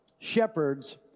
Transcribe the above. shepherds